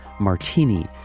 Martini